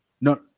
No